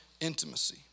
intimacy